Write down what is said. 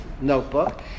notebook